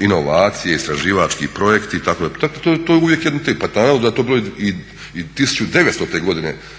inovacije, istraživački projekti itd. To je uvijek jedno te isto. Pa naravno da je to broj i 1900. godine